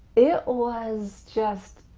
it was just